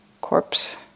corpse